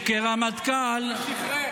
וכרמטכ"ל, מי שחרר?